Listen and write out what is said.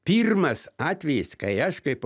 pirmas atvejis kai aš kaip